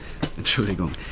Entschuldigung